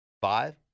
five